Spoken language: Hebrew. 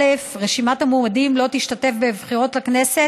"רשימת המועמדים לא תשתתף בבחירות לכנסת